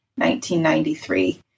1993